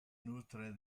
nutre